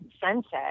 sunset